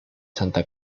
santa